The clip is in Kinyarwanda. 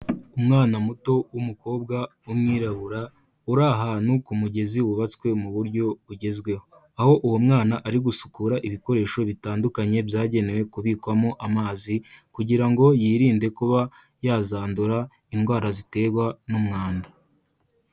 Umwana muto w'umukobwa w'umwirabura uri ahantu ku mugezi wubatswe mu buryo bugezweho, aho uwo mwana ari gusukura ibikoresho bitandukanye byagenewe kubikwamo amazi kugira ngo yirinde kuba yazandura indwara ziterwa n'umwanda.